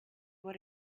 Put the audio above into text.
what